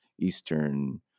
Eastern